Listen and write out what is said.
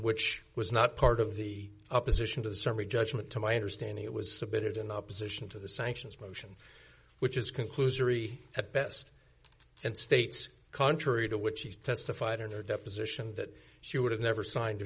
which was not part of the opposition to the summary judgment to my understanding it was submitted in opposition to the sanctions motion which is conclusory at best and states contrary to what she testified in her deposition that she would have never signed